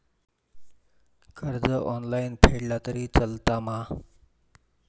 कर्ज ऑनलाइन फेडला तरी चलता मा?